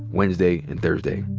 wednesday, and thursday.